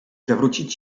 zawrócić